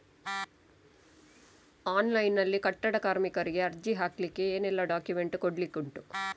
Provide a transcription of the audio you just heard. Online ನಲ್ಲಿ ಕಟ್ಟಡ ಕಾರ್ಮಿಕರಿಗೆ ಅರ್ಜಿ ಹಾಕ್ಲಿಕ್ಕೆ ಏನೆಲ್ಲಾ ಡಾಕ್ಯುಮೆಂಟ್ಸ್ ಕೊಡ್ಲಿಕುಂಟು?